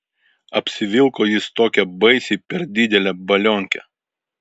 apsivilko jis tokią baisiai per didelę balionkę